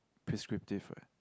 prescriptive what